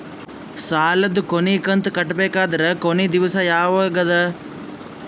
ಸಾಲದ ಕೊನಿ ಕಂತು ಕಟ್ಟಬೇಕಾದರ ಕೊನಿ ದಿವಸ ಯಾವಗದ?